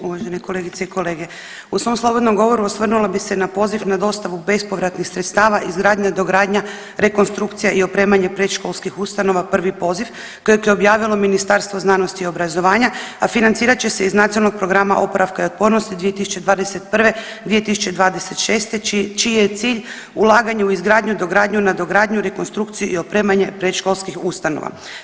Uvaženi kolegice i kolege, u svom slobodnom govoru osvrnula bi se na poziv na dostavu bespovratnih sredstava izgradnja, dogradnja, rekonstrukcija i opremanje predškolskih ustanova prvi poziv kojeg je objavilo Ministarstvo znanosti i obrazovanja, a financirat će se iz Nacionalnog programa oporavka i otpornosti 2021. – 2026. čiji je cilj ulaganje u izgradnju, dogradnju, nadogradnju, rekonstrukciju i opremanje predškolskih ustanova.